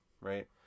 right